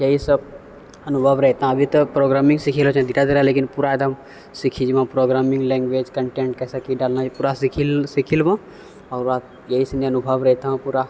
इएहसब अनुभव रहतऽ अभी तऽ प्रोग्रामिङ्ग सिखि रहलऽ छिए धीरे धीरे लेकिन पूरा एकदम सिखि जेबऽ प्रोग्रामिङ्ग लैँग्वेज कन्टेन्ट कइसे कि डालना छै ई सिखि सिखि लेबऽ ओकर बाद इएह सनी अनुभव रहतै पूरा